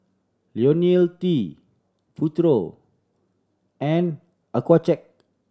Ionil T Futuro and Accucheck